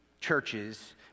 churches